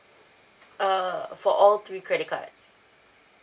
err for all three credit cards